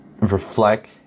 reflect